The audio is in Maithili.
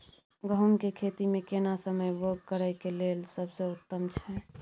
गहूम के खेती मे केना समय बौग करय लेल सबसे उत्तम छै?